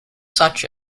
such